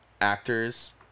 actors